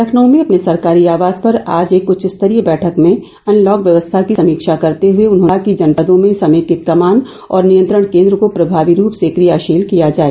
लखनऊ में अपने सरकारी आवास पर आज एक उच्च स्तरीय बैठक में अनलॉक व्यवस्था की समीक्षा करते हुए उन्होंने कहा कि जनपदों में समेकित कमान और नियंत्रण केंद्र को प्रभावी रूप से क्रियाशील किया जाए